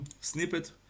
snippet